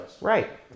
Right